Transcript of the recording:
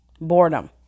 boredom